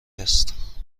است